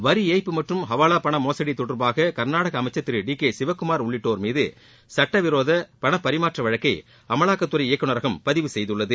வரி ஏய்ப்பு மற்றம் ஹவாலா பண மோசடி தொடர்பாக கர்நாடக அமைச்சர் திரு டி கே சிவக்குமார் உள்ளிட்டோர் மீது சுட்டவிரோத பணபரிமாற்ற வழக்கை அமலாக்கத்துறை இயக்குநரகம் பதிவு செய்துள்ளது